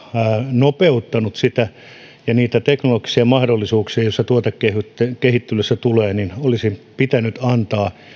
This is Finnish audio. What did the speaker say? nopeuttanut niitä teknologisia mahdollisuuksia joita tuotekehittelyssä tulee eli olisi pitänyt antaa